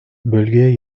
bölgeye